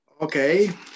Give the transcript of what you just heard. Okay